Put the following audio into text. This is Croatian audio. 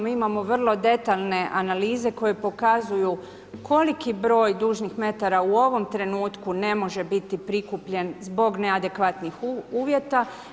Mi imamo vrlo detaljne analize koje pokazuju koliki broj dužnih metara u ovom trenutku ne može biti prikupljen zbog neadekvatnih uvjeta.